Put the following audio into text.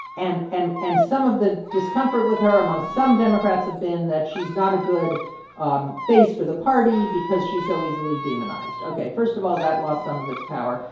and and and some of the discomfort with her among some democrats have been that she's not a good ah but face for the party because she's so easily demonized. ok, first of all, that lost some of its power.